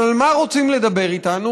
אבל על מה רוצים לדבר איתנו?